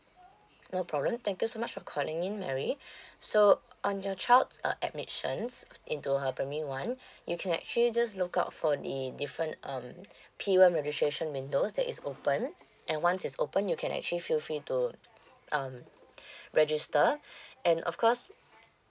no problem thank you so much for calling in mary so on your child's uh admissions into her primary one you can actually just look out for the different um P one registration windows that is open and once it's open you can actually feel free to um register and of course